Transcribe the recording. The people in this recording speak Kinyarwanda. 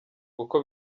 kuko